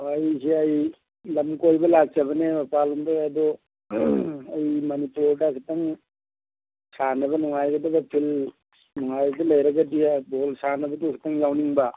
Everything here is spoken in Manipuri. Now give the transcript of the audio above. ꯑꯣ ꯑꯩꯁꯦ ꯑꯩ ꯂꯝ ꯀꯣꯏꯕ ꯂꯥꯛꯆꯕꯅꯦ ꯃꯄꯥꯜ ꯂꯣꯝꯗꯩ ꯑꯗꯣ ꯑꯩ ꯃꯅꯤꯄꯨꯔꯗ ꯈꯤꯇꯪ ꯁꯥꯟꯅꯕ ꯅꯨꯡꯉꯥꯏꯒꯗꯕ ꯐꯤꯜ ꯅꯨꯡꯉꯥꯏꯕꯗꯣ ꯂꯩꯔꯒꯗꯤ ꯐꯨꯠꯕꯣꯜ ꯁꯥꯟꯅꯕꯗꯨ ꯈꯤꯇꯪ ꯌꯥꯎꯅꯤꯡꯕ